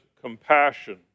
compassion